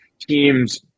teams